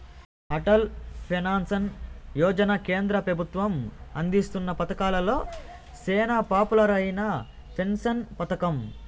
Atal pension Yojana కేంద్ర పెబుత్వం అందిస్తున్న పతకాలలో సేనా పాపులర్ అయిన పెన్సన్ పతకం